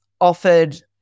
offered